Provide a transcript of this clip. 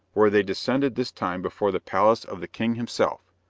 where they descended this time before the palace of the king himself.